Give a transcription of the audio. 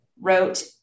wrote